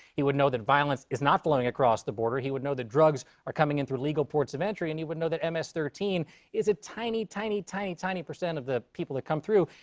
he would know that violence is not flowing across the border. he would know that drugs are coming in through legal ports of entry. and he would know that ms thirteen is a tiny, tiny, tiny, tiny percent of the people that come through.